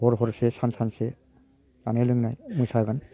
हर हरसे सान सानसे जानाय लोंनाय मोसागोन